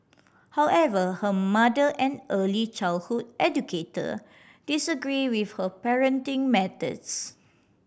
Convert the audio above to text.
however her mother an early childhood educator disagreed with her parenting methods